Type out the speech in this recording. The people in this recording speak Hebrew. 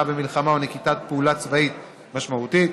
במלחמה או נקיטת פעולה צבאית משמעותית),